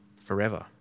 forever